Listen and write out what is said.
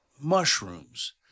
mushrooms